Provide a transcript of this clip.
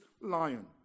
lion